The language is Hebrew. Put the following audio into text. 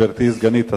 גברתי סגנית השר,